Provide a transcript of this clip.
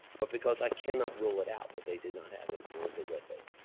but because i cannot rule it out that they did not have influenza with it.